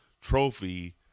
trophy